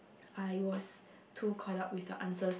I was too quite out with the answers